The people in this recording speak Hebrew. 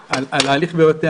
בקצרה על הליך בתי